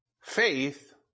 faith